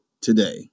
today